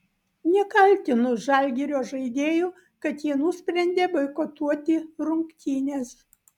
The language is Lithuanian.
nekaltinu žalgirio žaidėjų kad jie nusprendė boikotuoti rungtynes